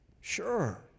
Sure